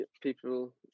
people